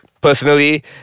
Personally